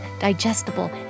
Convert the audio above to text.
digestible